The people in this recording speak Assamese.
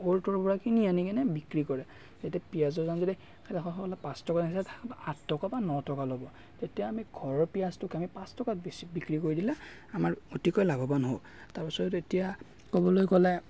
অ'ৰ ত'ৰ পৰা কিনি আনি কিনে বিক্ৰী কৰে এতিয়া পিঁয়াজৰ দাম যদি তেখেতসকলে পাঁচ টকাত আনিছে আঠ টকা বা ন টকা ল'ব তেতিয়া আমি ঘৰৰ পিঁয়াজটোক আমি পাঁচ টকাত বেচি বিক্ৰী কৰি দিলে আমাৰ অতিকৈ লাভৱান হওঁ তাৰপাছত এতিয়া ক'বলৈ গ'লে